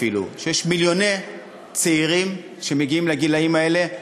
אפילו, שיש מיליוני צעירים שמגיעים לגיל הזה,